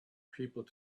people